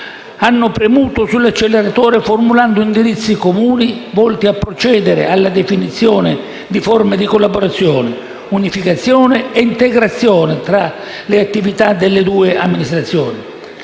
hanno premuto sull'acceleratore formulando indirizzi comuni volti a procedere alla definizione di forme di collaborazione, unificazione e integrazione tra le attività delle due Amministrazioni.